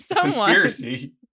conspiracy